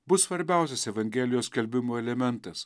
bus svarbiausias evangelijos skelbimo elementas